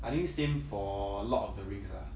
I think same for lord of the rings ah